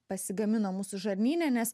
pasigamina mūsų žarnyne nes